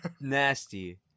Nasty